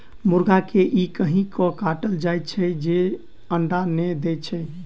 मुर्गा के ई कहि क काटल जाइत छै जे ई अंडा नै दैत छै